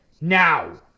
now